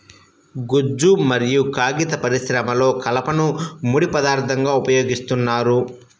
గుజ్జు మరియు కాగిత పరిశ్రమలో కలపను ముడి పదార్థంగా ఉపయోగిస్తున్నారు